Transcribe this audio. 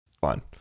fine